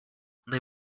they